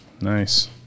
Nice